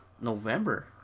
November